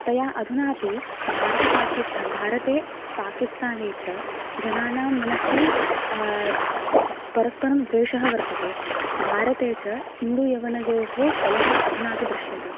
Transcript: तया अधुनापि भारतपाकिस् भारते पाकिस्ताने च जनानां मनसि परस्परं द्वेषः वर्तते भारते च हिन्दूयवनयोः कलह अधुनापि दृश्यते